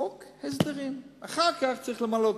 חוק הסדרים, ואחר כך צריך למלא אותו.